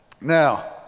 Now